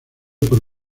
por